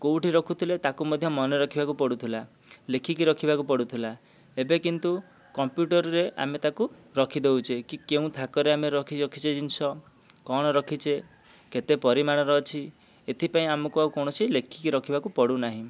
କୋଉଠି ରଖୁଥିଲେ ତା'କୁ ମଧ୍ୟ ମନେ ରଖିବାକୁ ପଡ଼ୁଥିଲା ଲେଖିକି ରଖିବାକୁ ପଡ଼ୁଥିଲା ଏବେ କିନ୍ତୁ କମ୍ପ୍ୟୁଟର୍ରେ ଆମେ ତା'କୁ ରଖିଦଉଛେ କି କେଉଁ ଥାକରେ ଆମେ ରଖି ରଖିଛେ ଜିନିଷ କ'ଣ ରଖିଛେ କେତେ ପରିମାଣର ଅଛି ଏଥିପାଇଁ ଆମକୁ ଆଉ କୌଣସି ଲେଖିକି ରଖିବାକୁ ପଡ଼ୁନାହିଁ